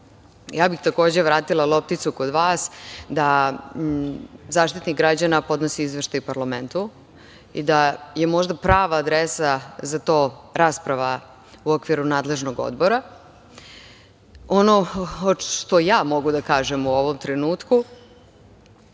Vlade, takođe bih vratila lopticu kod vas, da Zaštitnik građana podnosi izveštaj parlamentu i da je možda prava adresa za to rasprava u okviru nadležnog odbora. Ono što ja mogu da kažem u ovom trenutku,